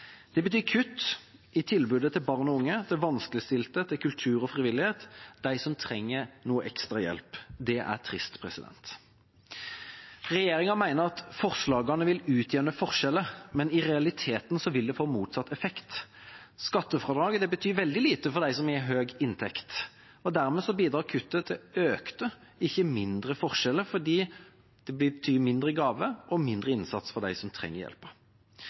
Det betyr kutt i tilbudet til barn og unge, til vanskeligstilte, til kultur og frivillighet – de som trenger noe ekstra hjelp. Det er trist. Regjeringa mener at forslagene vil utjevne forskjeller, men i realiteten vil de få motsatt effekt. Skattefradraget betyr veldig lite for dem som har høy inntekt. Dermed bidrar kuttet til økte, ikke mindre, forskjeller, for det betyr mindre gaver og mindre innsats for dem som trenger